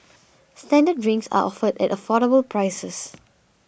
standard drinks are offered at affordable prices